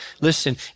Listen